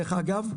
דרך אגב,